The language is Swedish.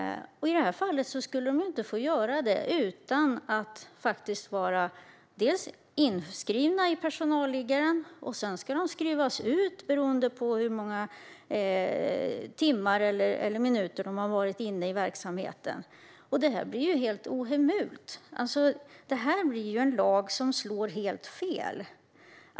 I det här fallet skulle de alltså inte få göra det utan att vara inskrivna i personalliggaren. Sedan ska de också skrivas ut beroende på hur många timmar eller minuter de har varit inne i verksamheten. Detta blir helt ohemult! Det blir en lag som slår helt fel.